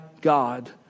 God